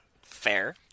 Fair